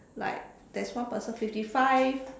like there's one person fifty five